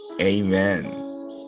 Amen